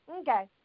Okay